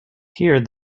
here